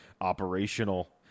operational